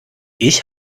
ich